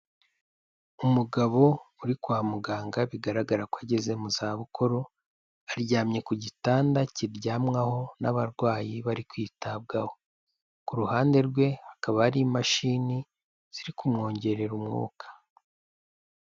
Umugabo uri kwa muganga bigaragara ko ageze muza bukuru, aryamye ku gitanda kiryamwaho n'abarwayi bari kwitabwaho. Ku ruhande rwe hakaba hari imashini ziri kumwongerera umwuka.